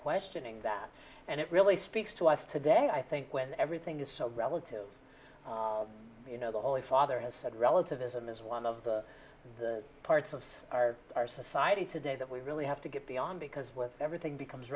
questioning that and it really speaks to us today i think when everything is so relative you know the holy father has said relativism is one of the parts of our our society today that we really have to get beyond because with everything becomes